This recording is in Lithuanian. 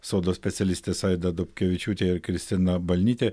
sodo specialistės aida dobkevičiūtė ir kristina balnytė